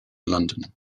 london